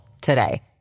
today